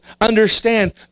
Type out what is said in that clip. understand